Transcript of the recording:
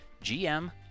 GM